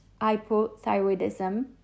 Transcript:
hypothyroidism